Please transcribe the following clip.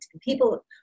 people